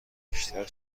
بیشتر